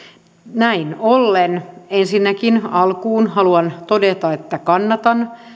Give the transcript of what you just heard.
näin ollen ensinnäkin alkuun haluan todeta että kannatan